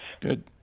Good